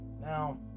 Now